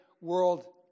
world